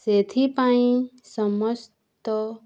ସେଥିପାଇଁ ସମସ୍ତ